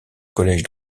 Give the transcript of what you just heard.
collège